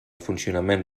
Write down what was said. funcionament